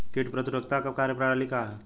कीट प्रतिरोधकता क कार्य प्रणाली का ह?